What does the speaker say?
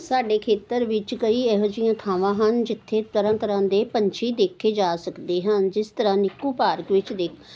ਸਾਡੇ ਖੇਤਰ ਵਿੱਚ ਕਈ ਇਹੋ ਜਿਹੀਆਂ ਥਾਵਾਂ ਹਨ ਜਿੱਥੇ ਤਰ੍ਹਾਂ ਤਰ੍ਹਾਂ ਦੇ ਪੰਛੀ ਦੇਖੇ ਜਾ ਸਕਦੇ ਹਨ ਜਿਸ ਤਰ੍ਹਾਂ ਨਿੱਕੂ ਪਾਰਕ ਵਿੱਚ ਦੇ